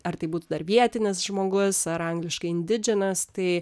ar tai būtų dar vietinis žmogus ar angliškai indidžinas tai